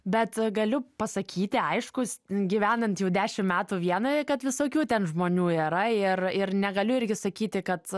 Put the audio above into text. bet galiu pasakyti aiškus gyvenant jau dešim metų vienoje kad visokių ten žmonių yra ir ir negaliu irgi sakyti kad